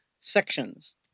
sections